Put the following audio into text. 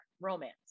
romance